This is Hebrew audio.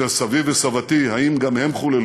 של סבי וסבתי, האם גם הן חוללו.